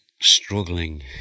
Struggling